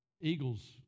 eagles